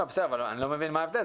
אני לא מבין מה ההבדל,